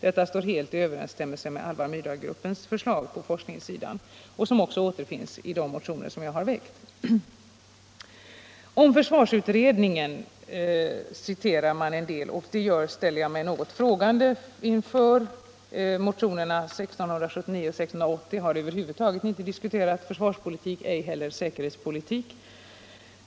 Detta står helt i överensstämmelse med Alva Myrdalgruppens förslag på forskningssidan, som också återfinns i de motioner jag har väckt nu och tidigare. Utskottet citerar en del från försvarsutredningen, och det ställer jag mig frågande inför. Motionerna 1679 och 1680 har över huvud taget inte diskuterat försvarspolitik och inte heller säkerhetspolitik.